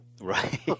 Right